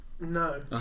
No